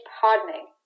hardening